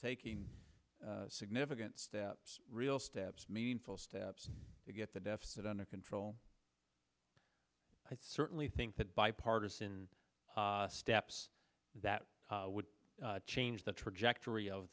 taking significant steps real steps meaningful steps to get the deficit under control i'd certainly think that bipartisan steps that would change the trajectory of